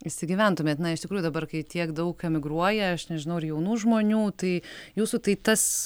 įsigyventumėt na iš tikrųjų dabar kai tiek daug emigruoja aš nežinau ar jaunų žmonių tai jūsų tai tas